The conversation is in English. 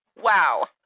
Wow